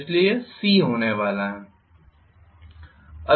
इसलिए यह c होने वाला है